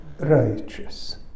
Righteous